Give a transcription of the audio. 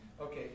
Okay